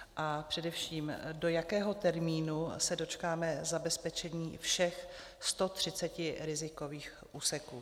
A především, do jakého termínu se dočkáme zabezpečení všech 130 rizikových úseků?